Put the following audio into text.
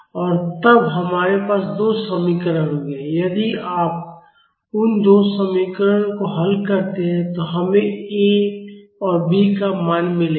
और तब हमारे पास दो समीकरण होंगे यदि आप उन दो समीकरणों को हल करते हैं तो हमें A और B का मान मिलेगा